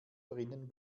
drinnen